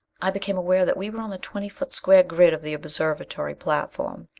i became aware that we were on the twenty foot square grid of the observatory platform.